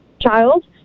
child